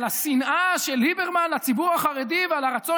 על השנאה של ליברמן לציבור החרדי ועל הרצון